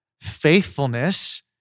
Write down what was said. Faithfulness